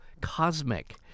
cosmic